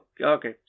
okay